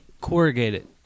Corrugated